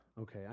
Okay